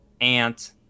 Ant